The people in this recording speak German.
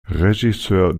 regisseur